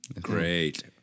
Great